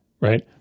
right